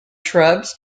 shrubs